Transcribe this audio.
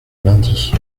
lundi